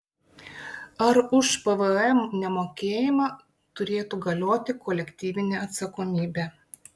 ar už pvm nemokėjimą turėtų galioti kolektyvinė atsakomybė